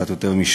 קצת יותר משנה,